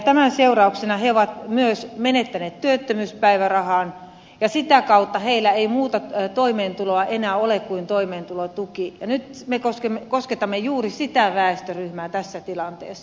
tämän seurauksena he ovat myös menettäneet työttömyyspäivärahan ja sitä kautta heillä ei muuta toimeentuloa enää ole kuin toimeentulotuki ja nyt me kosketamme juuri sitä väestöryhmää tässä tilanteessa